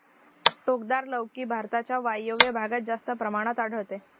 टोकदार लौकी भारताच्या वायव्य भागात जास्त प्रमाणात आढळते